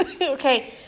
Okay